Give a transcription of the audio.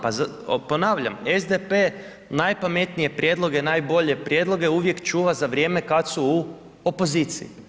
Pa ponavljam SDP najpametnije prijedloge, najbolje prijedloge uvijek čuva za vrijeme kad su u opoziciji.